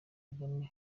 kagame